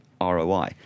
ROI